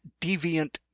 deviant